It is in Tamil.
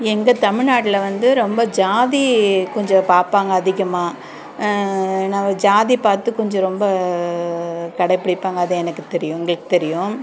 எங்கள் தமிழ்நாட்டில் வந்து ரொம்ப ஜாதி கொஞ்சம் பார்ப்பாங்க அதிகமாக நம்ம ஜாதி பார்த்து கொஞ்சம் ரொம்ப கடைபிடிப்பாங்க அது எனக்கு தெரியும் உங்களுக்கு தெரியும்